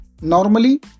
Normally